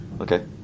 Okay